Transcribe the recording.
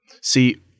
See